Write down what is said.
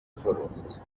فروخت